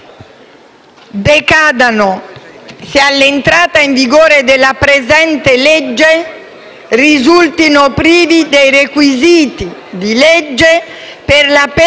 alla data di entrata in vigore della presente legge, risultino privi dei requisiti di legge per la permanenza